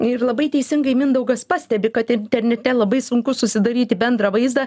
ir labai teisingai mindaugas pastebi kad internete labai sunku susidaryti bendrą vaizdą